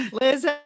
Liz